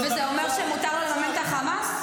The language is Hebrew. וזה אומר שמותר לממן את חמאס?